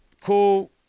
Cool